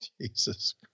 Jesus